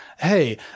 hey